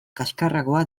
kaxkarragoa